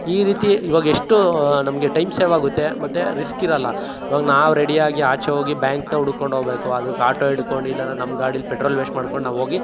ಈ ರೀತಿ ಇವಾಗ ಎಷ್ಟು ನಮಗೆ ಟೈಮ್ ಸೇವಾಗುತ್ತೆ ಮತ್ತು ರಿಸ್ಕಿರೋಲ್ಲ ಇವಾಗ ನಾವು ರೆಡಿಯಾಗಿ ಆಚೆ ಹೋಗಿ ಬ್ಯಾಂಕ್ನ ಹುಡುಕೊಂಡೋಗಬೇಕು ಅದಕ್ಕೆ ಆಟೋ ಹಿಡ್ಕೊಂಡು ಇಲ್ಲ ಅಂದರೆ ನಮ್ಮ ಗಾಡಿಲ್ಲಿ ಪೆಟ್ರೋಲ್ ವೇಸ್ಟ್ ಮಾಡ್ಕೊಂಡು ನಾವು ಹೋಗಿ